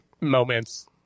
moments